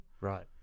Right